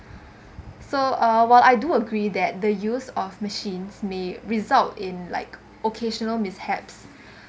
so uh while I do agree that the use of machines may result in like occasional mishaps